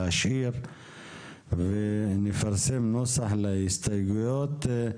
להשאיר ונפרסם נוסח להסתייגויות.